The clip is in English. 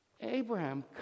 Abraham